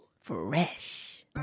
fresh